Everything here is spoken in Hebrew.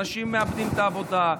אנשים מאבדים את העבודה,